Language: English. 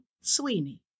Sweeney